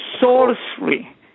sorcery